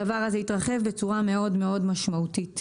הדבר הזה יתרחב בצורה מאוד מאוד משמעותית.